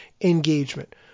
engagement